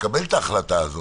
לקבל את ההחלטה הזאת,